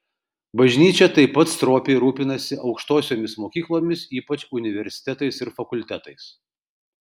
bažnyčia taip pat stropiai rūpinasi aukštosiomis mokyklomis ypač universitetais ir fakultetais